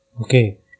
Okay